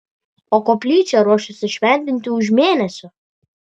o koplyčią ruošiasi šventinti už mėnesio